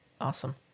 Awesome